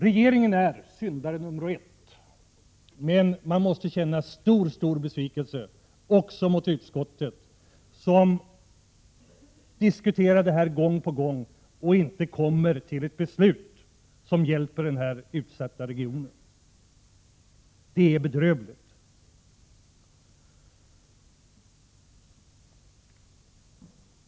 Regeringen är syndare nr 1. Men man måste känna mycket stor besvikelse också över utskottet, som gång på gång diskuterar det här och inte kommer till ett beslut som hjälper de utsatta regionerna. Det är bedrövligt!